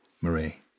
Marie